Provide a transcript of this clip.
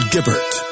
Gibbert